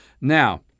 Now